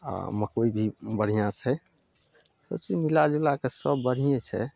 आओर मकोइ भी बढ़िआँ छै सब चीज मिलजुलाके सब बढ़िये छै